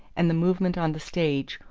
and the movement on the stage,